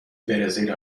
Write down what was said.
برزیل